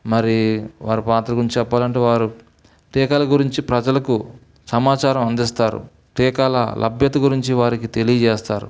మరి వారి పాత్ర గురించి చెప్పాలంటే వారు టీకాల గురించి ప్రజలకు సమాచారం అందిస్తారు టీకాల లభ్యత గురించి వారికి తెలియజేస్తారు